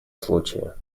случае